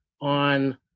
on